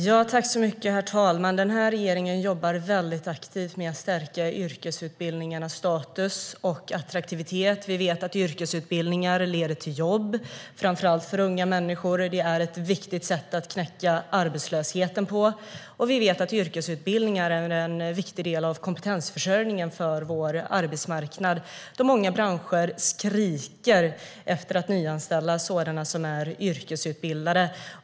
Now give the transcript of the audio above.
Herr talman! Den här regeringen jobbar mycket aktivt med att stärka yrkesutbildningarnas status och attraktivitet. Vi vet att yrkesutbildningar leder till jobb, framför allt för unga människor. Det är ett viktigt sätt att knäcka arbetslösheten, och vi vet att yrkesutbildningar är en viktig del av kompetensförsörjningen för vår arbetsmarknad, då många branscher skriker efter att nyanställa sådana som är yrkesutbildade.